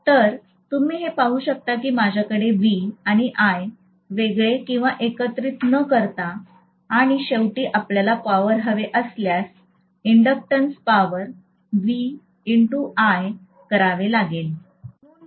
तर तुम्ही हे पाहू शकता की माझ्याकडे व्ही आणि आय वेगळे किंवा एकत्रित न करता आणि शेवटी आपल्याला पॉवर हवे असल्यास इन्स्टंटटेनियस पॉवर करावे लागेल